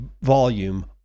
volume